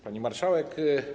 Pani Marszałek!